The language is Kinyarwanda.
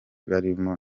barimo